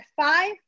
five